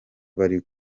bari